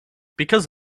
because